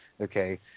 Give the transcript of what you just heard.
okay